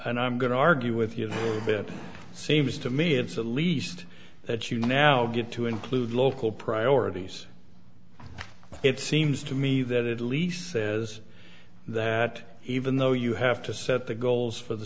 and i'm going to argue with you but it seems to me it's at least that you now get to include local priorities it seems to me that it least says that even though you have to set the goals for the